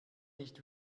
nicht